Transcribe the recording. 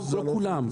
לא כולם,